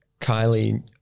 kylie